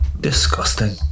Disgusting